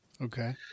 Okay